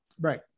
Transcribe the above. right